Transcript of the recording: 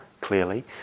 clearly